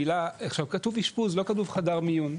המילה, עכשיו כתוב אשפוז, לא כתוב חדר מיון.